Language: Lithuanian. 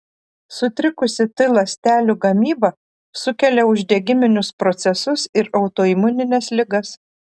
sutrikusi t ląstelių gamyba sukelia uždegiminius procesus ir autoimunines ligas